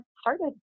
started